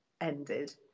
ended